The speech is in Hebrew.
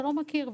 שלא מכיר.